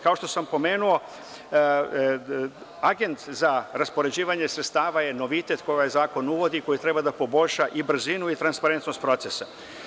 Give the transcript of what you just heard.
Kao što sam pomenuo, agent za raspoređivanje sredstava je novitet koji ovaj zakon uvodi, koji treba da poboljša i brzinu i transparentnost procesa.